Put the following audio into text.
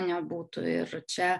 nebūtų ir čia